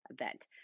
event